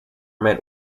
met